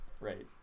right